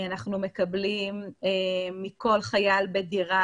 אנחנו מקבלים כל חייל בחדר.